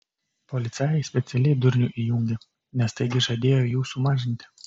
policajai specialiai durnių įjungė nes taigi žadėjo jų sumažinti